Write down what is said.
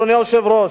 אדוני היושב-ראש,